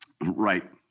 Right